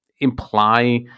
imply